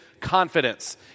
confidence